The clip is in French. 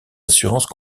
assurances